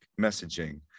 messaging